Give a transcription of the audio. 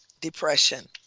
depression